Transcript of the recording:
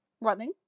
running